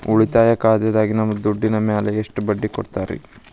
ಉಳಿತಾಯ ಖಾತೆದಾಗಿನ ದುಡ್ಡಿನ ಮ್ಯಾಲೆ ಎಷ್ಟ ಬಡ್ಡಿ ಕೊಡ್ತಿರಿ?